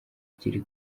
akiri